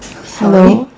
hello